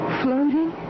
floating